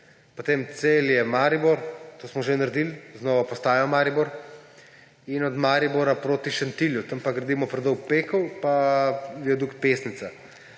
potem Celje–Maribor, to smo že naredili, z novo postajo Maribor, in od Maribora proti Šentilju, tam pa gradimo predor Pekel pa viadukt Pesnica.